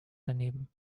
daneben